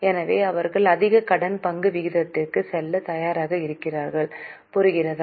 எனவே அவர்கள் அதிக கடன் பங்கு விகிதத்திற்கு செல்ல தயாராக இருக்கிறார்கள் புரிகிறதா